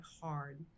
hard